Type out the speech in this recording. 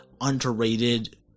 underrated